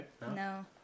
No